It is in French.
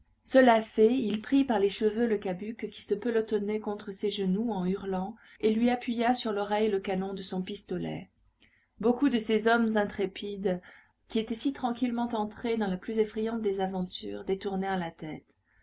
cela fait il prit par les cheveux le cabuc qui se pelotonnait contre ses genoux en hurlant et lui appuya sur l'oreille le canon de son pistolet beaucoup de ces hommes intrépides qui étaient si tranquillement entrés dans la plus effrayante des aventures détournèrent la tête